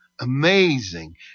Amazing